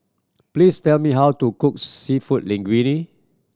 please tell me how to cook Seafood Linguine